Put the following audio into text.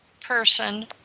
person